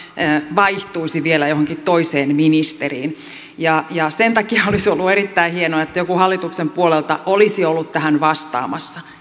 vaihtuisi vielä johonkin toiseen ministeriin ja ja sen takia olisi ollut erittäin hienoa että joku hallituksen puolelta olisi ollut tähän vastaamassa